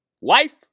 wife